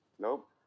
Nope